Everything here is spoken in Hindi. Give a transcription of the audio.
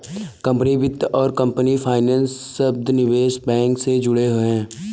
कंपनी वित्त और कंपनी फाइनेंसर शब्द निवेश बैंक से जुड़े हैं